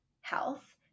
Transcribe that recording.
health